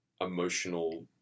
emotional